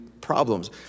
problems